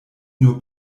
nur